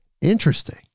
Interesting